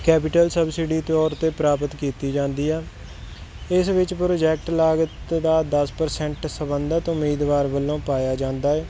capital subsidy ਤੌਰ 'ਤੇ ਪ੍ਰਾਪਤ ਕੀਤੀ ਜਾਂਦੀ ਆ ਇਸ ਵਿੱਚ ਪ੍ਰੋਜੈਕਟ ਲਾਗਤ ਦਾ ਦੱਸ ਪਰਸੇਂਟ ਸੰਬੰਧਿਤ ਉਮੀਦਵਾਰ ਵੱਲੋਂ ਪਾਇਆ ਜਾਂਦਾ ਹੈ